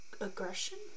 aggression